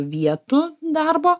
vietų darbo